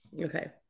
okay